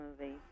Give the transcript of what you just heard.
movie